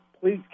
Please